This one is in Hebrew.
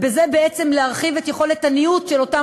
ובזה בעצם להרחיב את יכולת הניוד של אותם